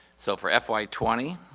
so for fy twenty,